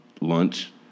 Lunch